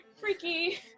Freaky